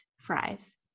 fries